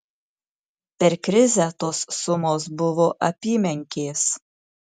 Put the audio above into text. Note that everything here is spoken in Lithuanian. per krizę tos sumos buvo apymenkės